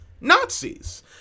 Nazis